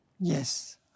Yes